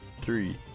three